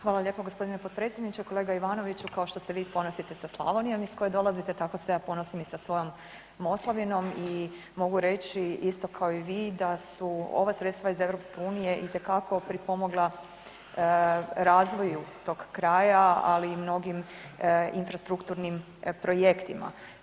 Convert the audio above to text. Hvala lijepo g. potpredsjedniče, kolega Ivanoviću, kako što se vi ponosite sa Slavonijom iz koje dolazite, tako se ja ponosim i sa svojom Moslavinom i mogu reći isto kao i vi da su ova sredstva iz EU itekako pripomogla razvoju tog kraja, ali i mnogim infrastrukturnim projektima.